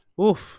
Oof